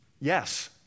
Yes